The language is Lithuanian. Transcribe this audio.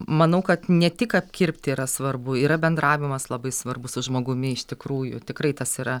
manau kad ne tik apkirpti yra svarbu yra bendravimas labai svarbus su žmogumi iš tikrųjų tikrai tas yra